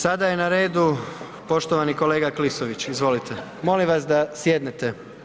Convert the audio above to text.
Sada je na redu poštovani kolega Klisović, izvolite, molim vas da sjednete.